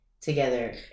together